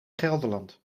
gelderland